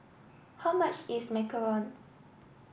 how much is Macarons